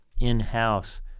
in-house